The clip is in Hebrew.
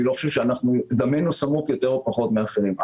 אני לא חושב שדמנו סמוק יותר או פחות משל אחרים.